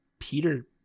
Peter